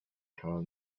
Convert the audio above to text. called